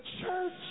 church